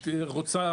רוצה,